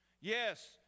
Yes